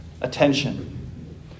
attention